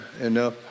enough